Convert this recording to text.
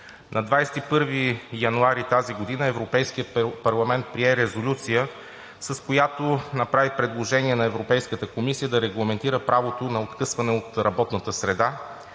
На 21 януари тази година Европейският парламент прие резолюция, с която направи предложение на Европейската комисия да регламентира правото на откъсване от работната среда,